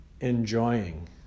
enjoying